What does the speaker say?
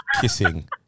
kissing